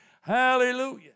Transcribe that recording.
Hallelujah